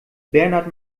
bernhard